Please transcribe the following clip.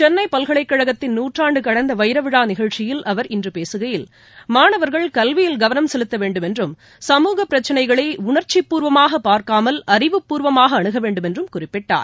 சென்னை பல்கலைக்கழகத்தின் நூறாண்டு கடந்த வைரவிழா நிகழ்ச்சியில் அவர் இன்று பேசுகையில் மாணவர்கள் கல்வியில் கவனம் செலுத்த வேண்டுமென்றும் சமூகப் பிரச்னைகளை உணர்ச்சிப்பூர்வமாகப் பார்க்காமல் அறிவுபூர்வமாக அணுக வேண்டுமென்றும் குறிப்பிட்டார்